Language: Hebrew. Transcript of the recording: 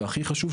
והכי חשבו,